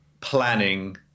planning